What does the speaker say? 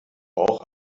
auch